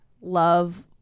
love